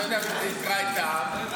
ואתה יודע שזה יקרע את העם,